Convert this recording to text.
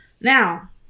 Now